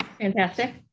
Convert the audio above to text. Fantastic